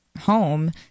home